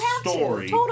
story